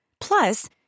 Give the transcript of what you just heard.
Plus